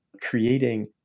creating